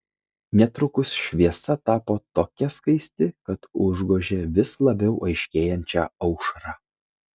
netrukus šviesa tapo tokia skaisti kad užgožė vis labiau aiškėjančią aušrą